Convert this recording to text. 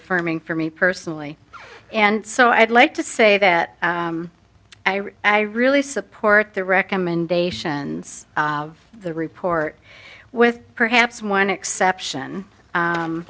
affirming for me personally and so i'd like to say that i really i really support the recommendations of the report with perhaps one exception